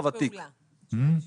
תודה רבה על ההזדמנות.